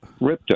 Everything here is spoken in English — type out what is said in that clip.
ripta